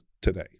today